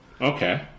Okay